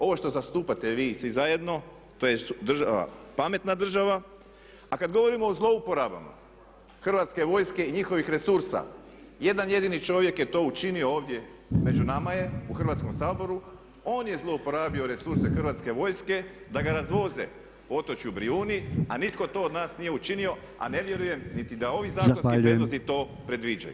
Ovo što zastupate vi svi zajedno tj. država pametna država, a kad govorimo o zlouporabama Hrvatske vojske i njihovih resursa jedan jedini čovjek je to učinio ovdje među nama je u Hrvatskom saboru on je zlouporabio resurse Hrvatske vojske da ga razvoze po otočju Brijuni, a nitko to od nas nije učinio, a ne vjerujem niti da ovi zakonski prijedlozi to predviđaju.